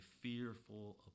fearful